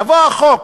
יבוא החוק